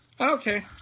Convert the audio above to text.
Okay